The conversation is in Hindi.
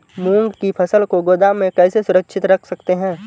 मूंग की फसल को गोदाम में कैसे सुरक्षित रख सकते हैं?